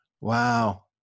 wow